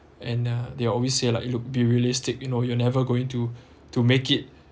and uh they always say like look be realistic you know you never going to to make it